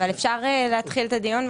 אפשר להתחיל את הדיון,